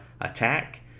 Attack